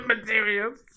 materials